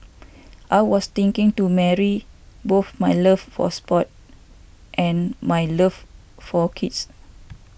I was thinking to marry both my love for sports and my love for kids